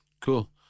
Cool